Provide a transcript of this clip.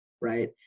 right